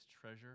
treasure